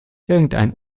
irgendein